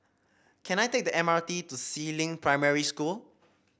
can I take the M R T to Si Ling Primary School